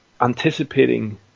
anticipating